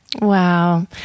Wow